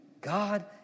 God